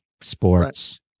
sports